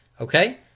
Okay